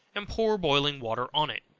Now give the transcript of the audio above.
and pour boiling water on it.